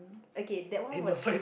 okay that one was